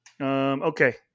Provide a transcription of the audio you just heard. okay